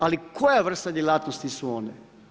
Ali koja vrsta djelatnosti su one?